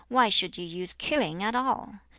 why should you use killing at all?